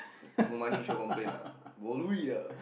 no money sure complain ah bo lui ah